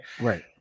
Right